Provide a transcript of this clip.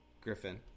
griffin